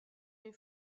min